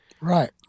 Right